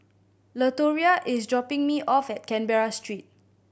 Latoria is dropping me off at Canberra Street